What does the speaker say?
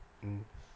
mm